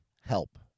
help